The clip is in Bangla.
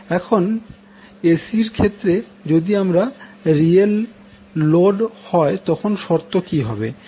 এখন এসি এর ক্ষেত্রে যদি আমাদের রিয়েল লোড হয় তখন শর্ত কি হবে